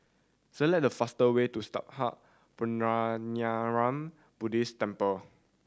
select the fastest way to Sattha Puchaniyaram Buddhist Temple